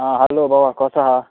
आं हालो बाबा कसो आसा